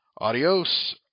Adios